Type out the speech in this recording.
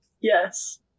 Yes